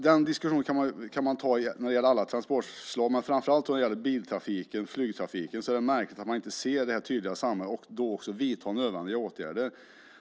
Den diskussionen kan man föra när det gäller alla transportslag, men framför allt när det gäller biltrafiken och flygtrafiken är det är märkligt att man inte ser det tydliga sambandet och också vidtar nödvändiga åtgärder.